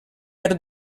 per